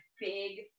big